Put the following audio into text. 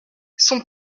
son